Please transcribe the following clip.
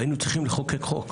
והיינו צריכים לחוקק חוק,